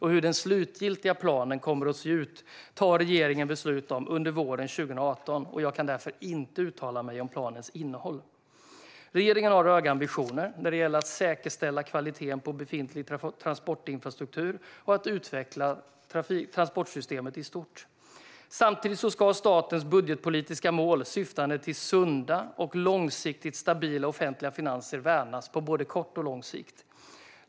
Hur den slutliga planen kommer att se ut fattar regeringen beslut om under våren 2018, och jag kan därför inte uttala mig om planens innehåll. Regeringen har höga ambitioner när det gäller att säkerställa kvaliteten på befintlig transportinfrastruktur och att utveckla transportsystemet i stort. Samtidigt ska statens budgetpolitiska mål syftande till sunda och långsiktigt stabila offentliga finanser värnas på både kort och lång sikt.